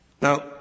now